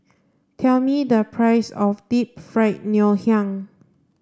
tell me the price of Deep Fried Ngoh Hiang